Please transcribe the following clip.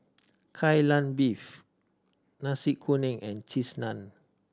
Kai Lan Beef Nasi Kuning and Cheese Naan